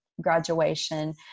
graduation